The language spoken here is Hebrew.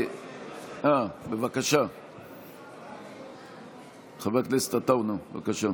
אה, חבר הכנסת עטאונה, בבקשה.